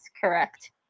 correct